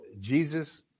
Jesus